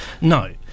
no